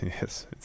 Yes